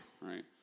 Right